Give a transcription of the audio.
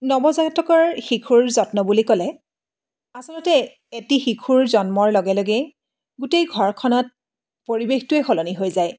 নৱজাতকৰ শিশুৰ যত্ন বুলি ক'লে আচলতে এটি শিশুৰ জন্মৰ লগে লগেই গোটেই ঘৰখনত পৰিৱেশটোৱেই সলনি হৈ যায়